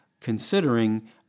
considering